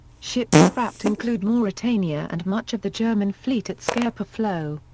ships scrapped include mauretania and much of the german fleet at scapa flow.